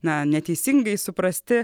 na neteisingai suprasti